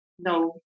No